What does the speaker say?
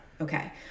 Okay